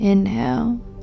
Inhale